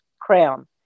Crown